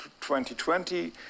2020